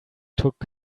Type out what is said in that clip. took